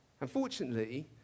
Unfortunately